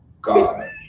God